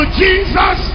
jesus